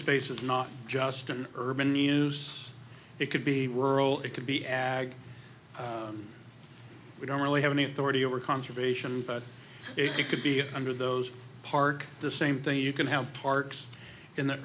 spaces not just in urban use it could be were all it could be ag we don't really have any authority over conservation but it could be under those park the same thing you can have parks in the